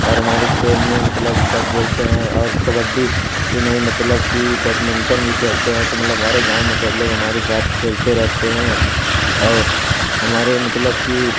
और हमारे खेल में मतलब सब बोलते हैं और कबड्डी ही नहीं मतलब कि बैडमिंटन भी खेलते हैं तो मतलब हमारे गाँव में सब लोग हमारे साथ खेलते रहते हैं और हमारे मतलब कि